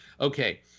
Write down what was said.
Okay